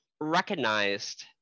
recognized